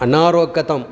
अनारोगतम्